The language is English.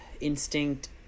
instinct